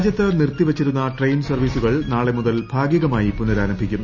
രാജ്യത്ത് നിർത്തിവിച്ചിരുന്ന ട്രെയിൻ സർവ്വീസുകൾ നാളെ മുതൽ ഭാഗികമായി പ്പ്നരാരംഭിക്കും